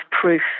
proof